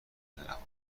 پدرخوانده